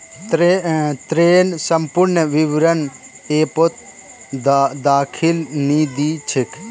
ऋनेर संपूर्ण विवरण ऐपत दखाल नी दी छेक